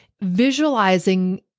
visualizing